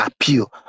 appeal